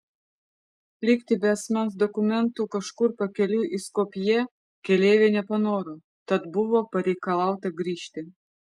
likti be asmens dokumentų kažkur pakeliui į skopję keleiviai nepanoro tad buvo pareikalauta grįžti